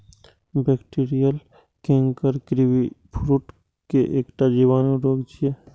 bacterial canker kiwifruit के एकटा जीवाणु रोग छियै